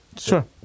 Sure